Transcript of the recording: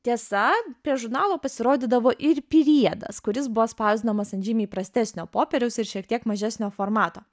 tiesa prie žurnalo pasirodydavo ir priedas kuris buvo spausdinamas ant žymiai prastesnio popieriaus ir šiek tiek mažesnio formato